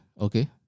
Okay